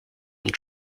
und